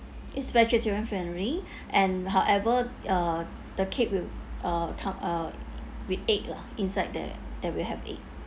it's vegetarian friendly and however uh the cake will uh come uh with egg lah inside there that will have egg